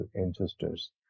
ancestors